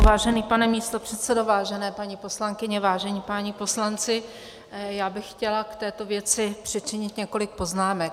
Vážený pane místopředsedo, vážené paní poslankyně, vážení páni poslanci, já bych chtěla k této věci přičinit několik poznámek.